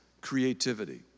creativity